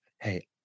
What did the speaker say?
hey